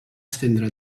estendre